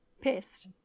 Pissed